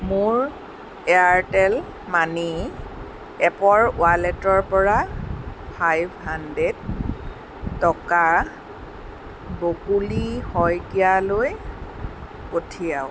মোৰ Airtel money এপৰ ৱালেটৰ পৰা ফাইভ হাণ্ডড্ৰেড টকা বকুলি শইকীয়ালৈ পঠিয়াওক